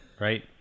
right